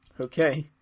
Okay